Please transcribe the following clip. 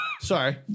Sorry